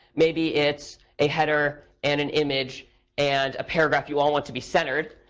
maybe it's a header and an image and a paragraph you all want to be centered.